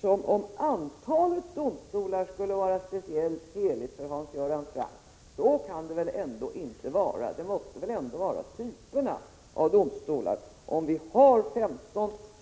som om antalet domstolar skulle vara speciellt heligt för Hans Göran Franck. Så kan det väl inte vara — det måste väl ändå vara typerna av domstolar som är huvudsaken?